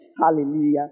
Hallelujah